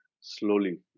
slowly